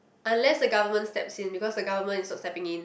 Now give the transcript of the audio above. unless the government steps in because the government is not stepping in